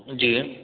जी